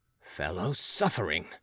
Fellow-suffering